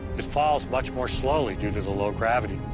it falls much more slowly, due to the low gravity,